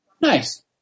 Nice